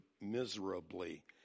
miserably